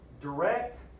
direct